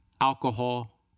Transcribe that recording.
alcohol